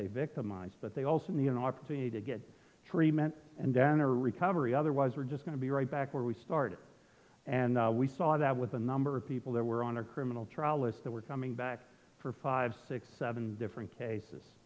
they victimized but they also need an opportunity to get treatment and then to recovery otherwise we're just going to be right back where we started and we saw that with the number of people that were on our criminal trial is that we're coming back for five six seven different